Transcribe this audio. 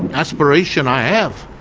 and aspiration i have